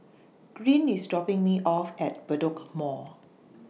Green IS dropping Me off At Bedok Mall